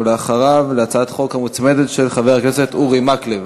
ולאחריה להצעת החוק המוצמדת של חבר הכנסת אורי מקלב.